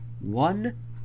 one